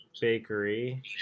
bakery